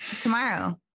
tomorrow